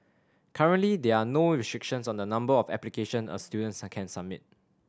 currently there are no restrictions on the number of application a student can submit